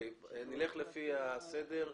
נלך לפי הסדר.